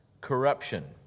corruption